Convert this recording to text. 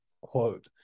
quote